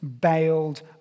bailed